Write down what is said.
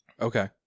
Okay